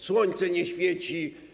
Słońce nie świeci.